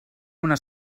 una